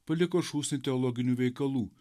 paliko šūsnį teologinių veikalų